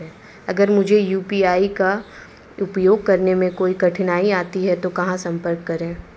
अगर मुझे यू.पी.आई का उपयोग करने में कोई कठिनाई आती है तो कहां संपर्क करें?